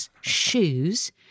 shoes